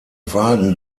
wagen